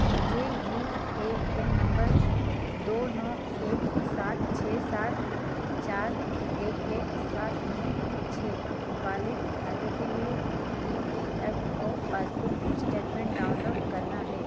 मुझे U A N number दो नौ एक सात छः सात चार एक एक सात नौ छः वाले खाते के लिए E P F O passbook statement download करना हे